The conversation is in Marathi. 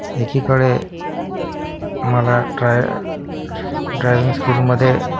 एकीकडे मला ड्राय ड्रायविंग स्कूलमध्ये